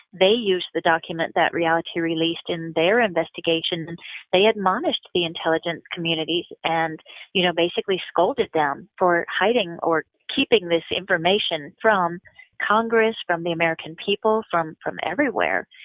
they used the document that reality released in their investigation and they admonished the intelligence communities, and you know basically scolded them for hiding or keeping this information from congress, from the american people, from from everywhere.